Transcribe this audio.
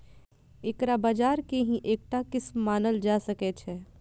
एकरा बाजार के ही एकटा किस्म मानल जा सकै छै